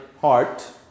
heart